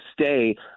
stay